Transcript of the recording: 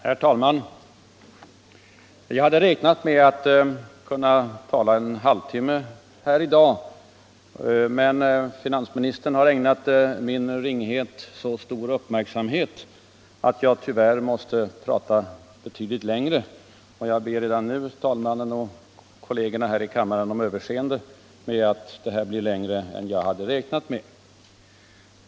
Herr talman! Jag hade räknat med att i dag tala en halvtimme, men finansministern har ägnat min ringhet så stor uppmärksamhet att jag tyvärr måste prata betydligt längre. Jag ber redan nu talmannen och kollegerna i kammaren om överseende med att mitt anförande blir längre än jag hade räknat med.